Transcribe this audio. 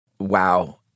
wow